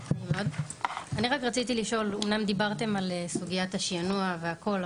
אני רק רציתי לשאול: אמנם דיברתם על סוגיית השינוע והכל,